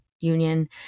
Union